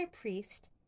priest